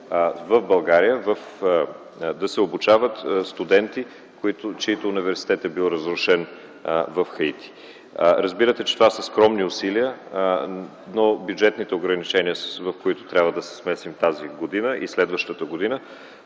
в България да се обучават студенти, чийто университет е бил разрушен в Хаити. Разбирате, че това са скромни усилия, но бюджетните ограничения, в които трябва да се вместим тази и следващата година,